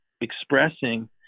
expressing